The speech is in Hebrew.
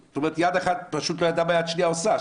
יד אחת פשוט לא ידעה מה היד השנייה עושה.